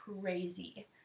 crazy